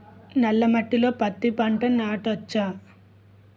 నల్ల మట్టిలో పత్తి పంట నాటచ్చా?